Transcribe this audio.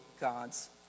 God's